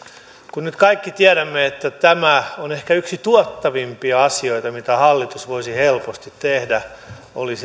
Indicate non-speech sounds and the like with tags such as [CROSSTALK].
kun nyt kaikki tiedämme että ehkä yksi tuottavimpia asioita mitä hallitus voisi helposti tehdä olisi [UNINTELLIGIBLE]